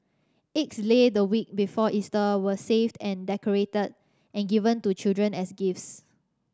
eggs laid the week before Easter were saved and decorated and given to children as gifts